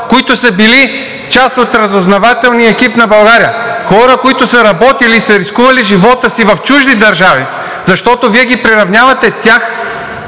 които са били част от разузнавателния екип на България, хора, които са работили и са рискували живота си в чужди държави, защото Вие ги приравнявате тях